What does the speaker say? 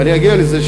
ואני אגיע לזה,